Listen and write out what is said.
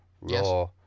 Raw